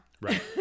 Right